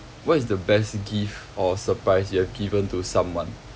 what is the best gift or surprise you have given to someone